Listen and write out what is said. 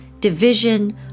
division